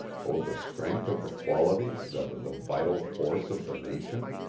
owe the strength of the qualities that are the vital force of the nation?